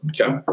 Okay